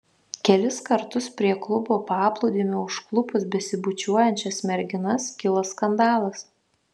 kelis kartus prie klubo paplūdimio užklupus besibučiuojančias merginas kilo skandalas